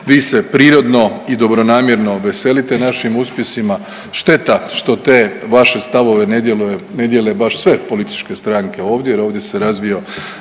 Vi se prirodno i dobronamjerno veselite našim uspjesima. Šteta što te vaše stavove ne dijele baš sve političke stranke ovdje jer ovdje se razvio